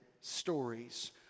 stories